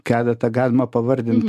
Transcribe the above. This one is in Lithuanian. keletą galima pavardint